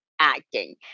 acting